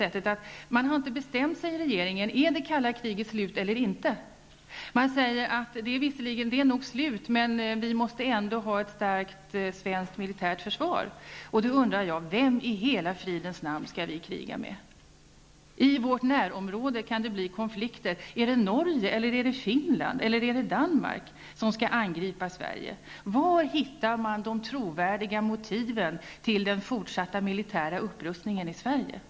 Regeringen har inte bestämt sig: Är det kalla kriget slut eller inte? Man säger att det nog visserligen är slut, men vi måste ändå ha ett starkt svenskt militärt försvar. Jag undrar då: Vem i hela fridens namn skall vi kriga med? Det sägs att det kan bli konflikter i vårt närområde. Är det Norge, Finland eller Danmark som skall angripa Sverige? Var hittar man de trovärdiga motiven till den fortsatta militära upprustningen i Sverige?